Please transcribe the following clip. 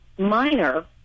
Minor